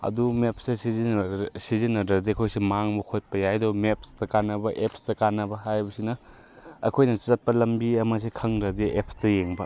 ꯑꯗꯨ ꯃꯦꯞꯁꯦ ꯁꯤꯖꯤꯟꯅꯗ꯭ꯔꯗꯤ ꯑꯩꯈꯣꯏꯁꯦ ꯃꯥꯡꯕ ꯈꯣꯠꯄ ꯌꯥꯏ ꯑꯗꯨꯒ ꯃꯦꯞꯁꯇ ꯀꯥꯟꯅꯕ ꯑꯦꯞꯁꯇ ꯀꯥꯟꯅꯕ ꯍꯥꯏꯕꯁꯤꯅ ꯑꯩꯈꯣꯏꯅ ꯆꯠꯄ ꯂꯝꯕꯤ ꯑꯃꯁꯦ ꯈꯪꯗ꯭ꯔꯗꯤ ꯑꯦꯞꯁꯇ ꯌꯦꯡꯕ